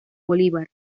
bolívar